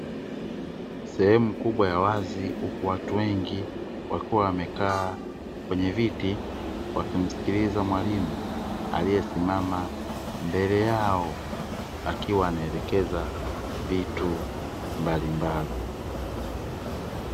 Sehemu kubwa ya wazi huku watu wengi wakiwa wamekaa kwenye viti wakimsikiliza mwalimu aliyesimama mbele yao akiwa anaelekeza vitu mbalimbali.